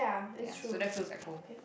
ya so that feels like home